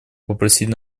попросить